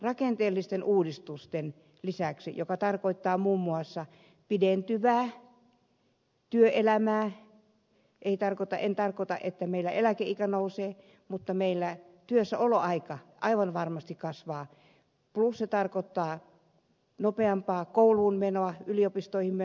rakenteellisten uudistusten lisäksi jotka tarkoittavat muun muassa pidentyvää työelämää en tarkoita että meillä eläkeikä nousee mutta meillä työssäoloaika aivan varmasti kasvaa plus se tarkoittaa nopeampaa kouluun menoa yliopistoihin menoa